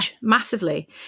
massively